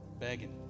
begging